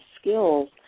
skills